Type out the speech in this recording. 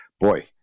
boy